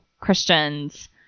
Christians